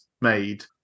made